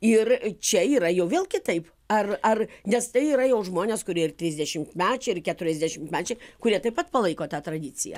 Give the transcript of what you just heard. ir čia yra jau vėl kitaip ar ar nes tai yra jau žmonės kurie ir trisdešimtmečiai ir keturiasdešimtmečiai kurie taip pat palaiko tą tradiciją